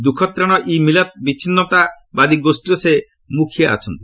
ଦୂଃଖତ୍ରାଣ ଇ ମିଲତ୍ ବିଚ୍ଛିନ୍ନତାବାଦୀ ଗୋଷୀର ସେ ମୁଖିଆ ଅଛନ୍ତି